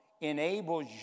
enables